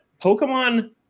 Pokemon